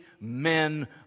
men